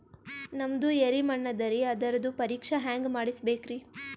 ನಮ್ದು ಎರಿ ಮಣ್ಣದರಿ, ಅದರದು ಪರೀಕ್ಷಾ ಹ್ಯಾಂಗ್ ಮಾಡಿಸ್ಬೇಕ್ರಿ?